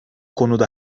konuda